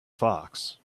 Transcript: fox